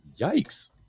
yikes